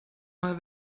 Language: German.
mal